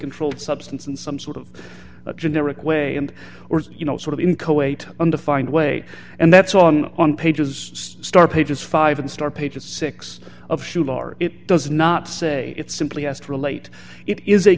controlled substance and some sort of a generic way and or you know sort of in coate undefined way and that's on on pages start pages five and start pages six of it does not say it simply has to relate it is a